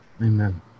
Amen